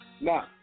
Now